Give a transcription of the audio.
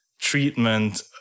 treatment